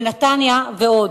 בנתניה ועוד.